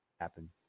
happen